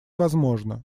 возможно